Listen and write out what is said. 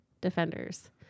defenders